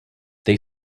they